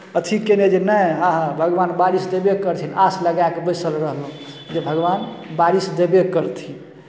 अथी कयने जे नहि अहा भगवान बारिश देबे करथिन आश लगाए कऽ बैसल रहलहुँ जे भगवान बारिश देबे करथिन